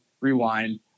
rewind